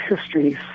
histories